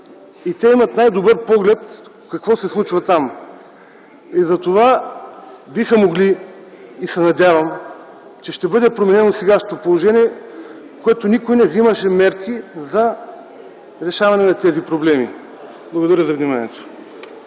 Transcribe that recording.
– те имат най-добър поглед какво се случва там, затова биха могли. Надявам се, че ще бъде променено сегашното положение, при което никой не вземаше мерки за решаване на тези проблеми. Благодаря за вниманието.